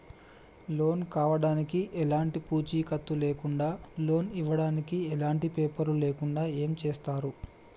Loan కావడానికి ఎలాంటి పూచీకత్తు లేకుండా లోన్ ఇవ్వడానికి ఎలాంటి పేపర్లు లేకుండా ఏం చేస్తారు?